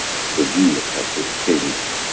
severe for these things.